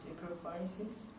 Sacrifices